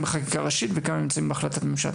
בחקיקה ראשית וכמה נמצאים בהחלטת ממשלה.